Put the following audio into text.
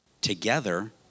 together